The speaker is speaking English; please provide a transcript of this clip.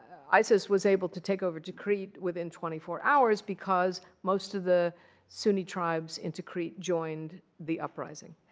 isis was able to take over tikrit within twenty four hours, because most of the sunni tribes in tikrit joined the uprising.